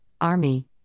army